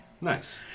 Nice